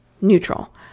neutral